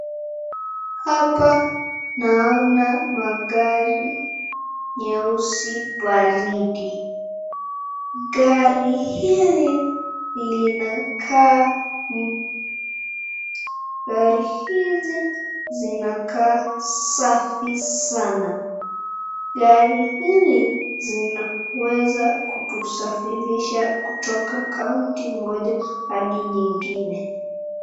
Hapa naona magari nyeusi baridi gari hili linakaa mpya. Gari hizi zinakaa safi sana gari hili zinaweza kutusafirisha kutoka kaunti moja hadi nyingine.